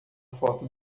foto